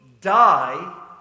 die